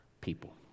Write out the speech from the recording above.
people